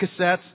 cassettes